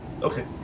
okay